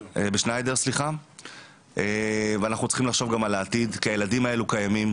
אנחנו צריכים לחשוב על העתיד מפני שהילדים האלה קיימים